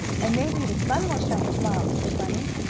and maybe the sun will shine to-morrow, said bunny.